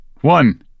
one